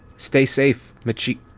stay safe, machi.